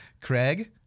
craig